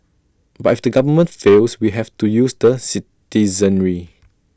but if the government fails we have to use the citizenry